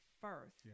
first